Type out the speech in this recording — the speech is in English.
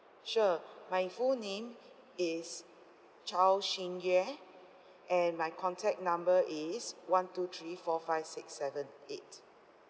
sure my full name is chow xing yue and my contact number is one two three four five six seven eight